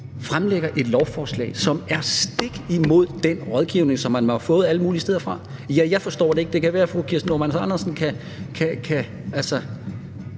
fremsætter et lovforslag, som er stik imod den rådgivning, som man har fået alle mulige steder fra? Jeg forstår det ikke. Det kan være, fru Kirsten Normann Andersen kan